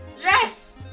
Yes